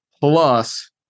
Plus